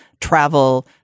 travel